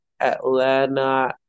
Atlanta